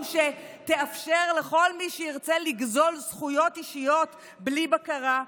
שתאפשר לכל מי שירצה לגזול זכויות אישיות בלי בקרה,